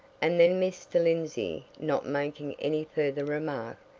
and then, mr. lindsey not making any further remark,